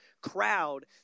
crowd